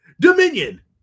Dominion